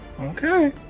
Okay